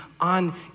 on